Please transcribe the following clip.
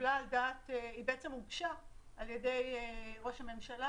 והיא הוגשה על ידי ראש הממשלה.